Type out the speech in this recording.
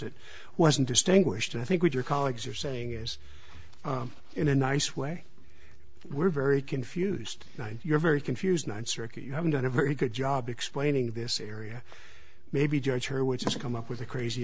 it wasn't distinguished i think with your colleagues are saying is in a nice way we're very confused you're very confused ninth circuit you haven't done a very good job explaining this area maybe judge her which has come up with the crazy